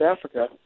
Africa